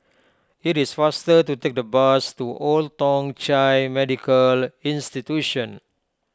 it is faster to take the bus to Old Thong Chai Medical Institution